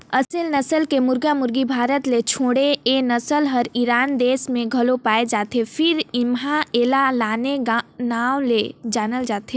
असेल नसल के मुरगा मुरगी भारत के छोड़े ए नसल हर ईरान देस में घलो पाये जाथे फेर उन्हा एला आने नांव ले जानल जाथे